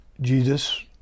Jesus